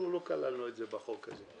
לא כללנו את זה בחוק הזה.